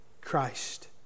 Christ